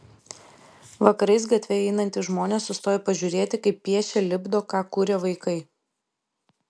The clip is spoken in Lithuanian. vakarais gatve einantys žmonės sustoja pažiūrėti kaip piešia lipdo ką kuria vaikai